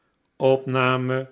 na